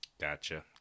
gotcha